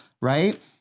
right